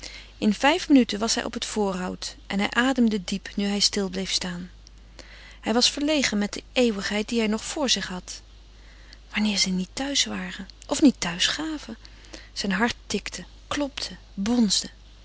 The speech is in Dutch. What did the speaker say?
in vijf minuten was hij op het voorhout en hij ademde diep nu hij stil bleef staan hij was verlegen met die eeuwigheid die hij nog voor zich had wanneer zij niet thuis waren of niet thuis gaven zijn hart tikte klopte bonsde